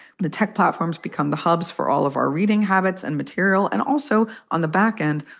the tech platforms become the hubs for all of our reading habits and material. and also on the back end,